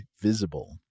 Visible